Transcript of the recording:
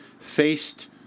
faced